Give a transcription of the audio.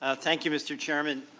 ah thank you mr. chairman.